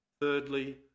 Thirdly